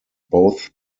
both